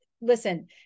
listen